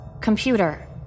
Computer